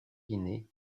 guinée